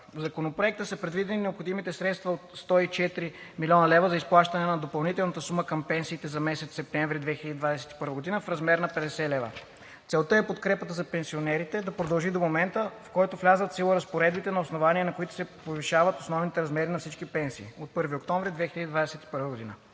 В Законопроекта са предвидени необходимите средства от 104 000,0 хил. лв. за изплащане на допълнителната сума към пенсиите за месец септември 2021 г. в размер на 50 лв. Целта е подкрепата за пенсионерите да продължи до момента, в който влязат в сила разпоредбите, на основание на които се повишават основните размери на всички пенсии – от 1 октомври 2021 г.